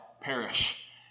perish